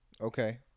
Okay